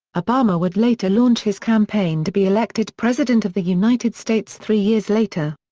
obama would later launch his campaign to be elected president of the united states three years later.